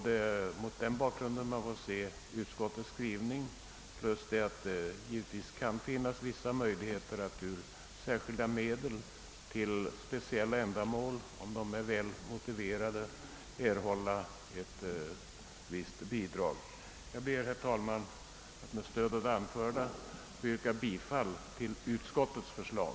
Det är mot den bakgrunden och med beaktande av att det kan vara möjligt att erhålla statliga medel till speciella, väl motiverade ändamål man får se utskottets skrivning. Herr talman! Med det anförda ber jag att få yrka bifall till utskottets hemställan.